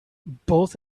both